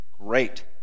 great